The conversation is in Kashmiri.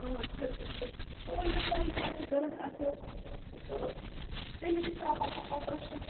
اۭں چھِرٕ تہِ چھِ تہٕ وۄنۍ یہِ تۄہہِ یہِ تۄہہِ ضوٚرَتھ آسیو تہٕ تٔمی حِساب پَکو پتہٕ أسۍ تہِ